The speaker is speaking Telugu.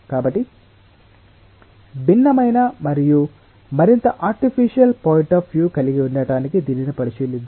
కాబట్టి భిన్నమైన మరియు మరింత ఆర్టిఫిషియల్ పాయింట్ అఫ్ వ్యూ కలిగి ఉండటానికి దీనిని పరిశీలిద్దాం